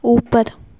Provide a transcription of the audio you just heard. اوپر